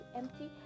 empty